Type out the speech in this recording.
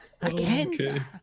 Again